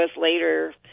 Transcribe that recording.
later